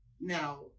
Now